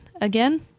again